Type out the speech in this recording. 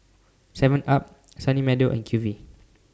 Seven up Sunny Meadow and Q V